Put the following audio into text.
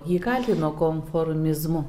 jį kaltino konformizmu